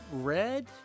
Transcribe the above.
red